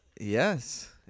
Yes